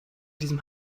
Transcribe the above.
diesem